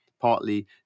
partly